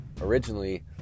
originally